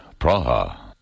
Praha